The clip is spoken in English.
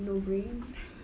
no brain